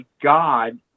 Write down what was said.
God